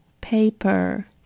Paper